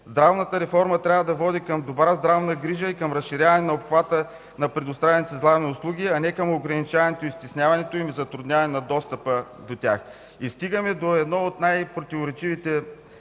Здравната реформа трябва да води към добра здравна грижа и към разширяване на обхвата на предоставените здравни услуги, а не към ограничаването и стесняването им и затрудняване на достъпа до тях. И стигаме до едно от най-противоречивите